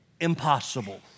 impossible